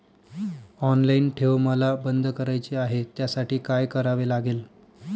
Online ठेव मला बंद करायची आहे, त्यासाठी काय करावे लागेल?